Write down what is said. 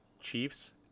Chiefs